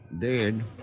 Dead